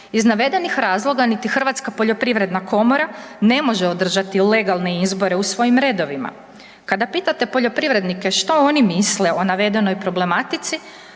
Iz navedenih razloga niti Hrvatska poljoprivredna komora ne može održati redovne izbore u svojim redovima. Kada pitate poljoprivrednike što oni misle o navedenoj problematici,